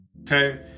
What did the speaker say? okay